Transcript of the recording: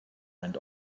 went